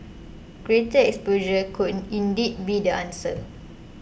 greater exposure could indeed be the answer